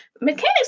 mechanics